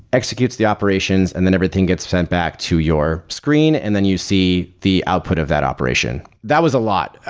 executes the operations and then everything gets sent back to your screen and then you see the output of that operation. that was a lot.